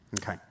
Okay